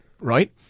right